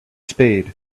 spade